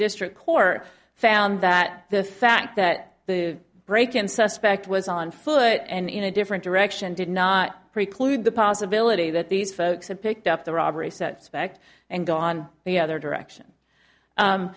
district court found that the fact that the break and suspect was on foot and in a different direction did not preclude the possibility that these folks have picked up the robbery said specht and gone the other direction